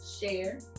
share